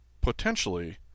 potentially